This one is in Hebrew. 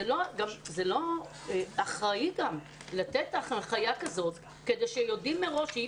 זה גם לא אחראי לתת הנחיה כזאת כשיודעים מראש שאי